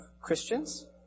Christians